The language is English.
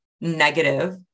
negative